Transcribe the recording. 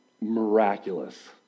miraculous